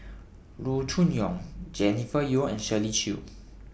Loo Choon Yong Jennifer Yeo and Shirley Chew